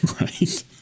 Right